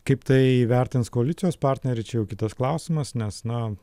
kaip tai įvertins koalicijos partneriai čia jau kitas klausimas nes na